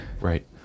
Right